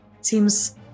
Seems